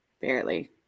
Barely